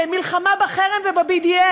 במלחמה בחרם וב-BDS,